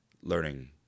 learning